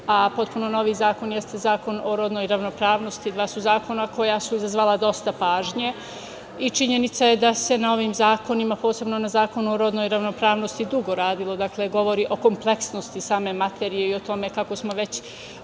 a potpuno novi zakon jeste zakon o rodnoj ravnopravnosti, dva su zakona koja su izazvala dosta pažnje. Činjenica da se na ovim zakonima, posebno na Zakonu o rodnoj ravnopravnosti dugo radilo, govori o kompleksnosti same materije i o tome kako smo već